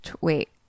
Wait